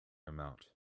amount